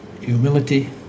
humility